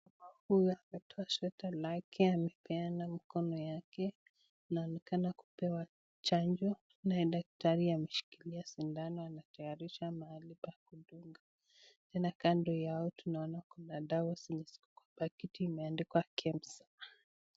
Mama huyu ametoa sweta lake , amepeana mkono yake. Anaonekana kupewa chanjo naye Daktari ameshikilia sindano, anatayarisha barabra . Tena kondo yao tunaona kuna dawa zilizo paketi zimeandikwa KEBSA.